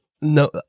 No